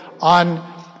on